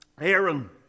Aaron